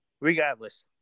Regardless